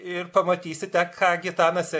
ir pamatysite ką gitanas